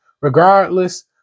regardless